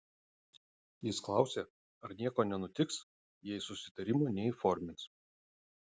jis klausė ar nieko nenutiks jei susitarimo neįformins